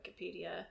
Wikipedia